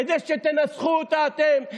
כדי שתנסחו אותה אתם?